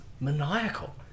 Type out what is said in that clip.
maniacal